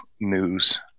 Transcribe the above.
news